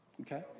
Okay